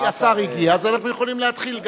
השר הגיע אז אנחנו יכולים להתחיל,